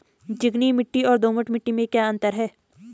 चिकनी मिट्टी और दोमट मिट्टी में क्या अंतर है?